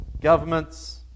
Governments